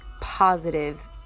positive